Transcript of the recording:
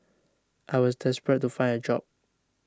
I was desperate to find a job